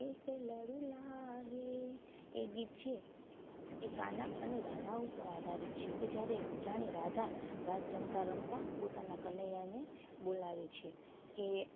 એ ગીત છે એ કાના અને રાધા ઉપર આધારિત છે કે જ્યારે જાણે રાધા રાસ રમતા રમતા પોતાના કનૈયાને બોલાવે છે કે